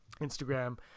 Instagram